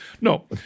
No